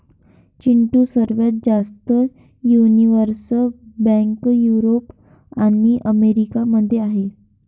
चिंटू, सर्वात जास्त universal bank Europe आणि अमेरिका मध्ये आहेत